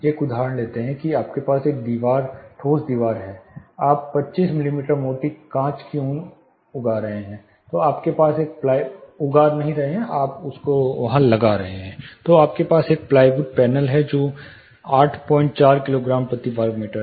एक उदाहरण लेते हैं कि आपके पास एक दीवार ठोस दीवार है आप 25 मिमी मोटी कांच की ऊन उगा रहे हैं तो आपके पास एक प्लाईवुड पैनल है जो 84 किलोग्राम प्रति मीटर वर्ग है